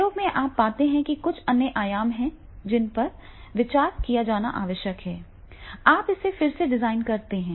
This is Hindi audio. प्रयोग में आप पाते हैं कि कुछ अन्य आयाम हैं जिन पर विचार किया जाना आवश्यक है आप इसे फिर से डिज़ाइन कर सकते हैं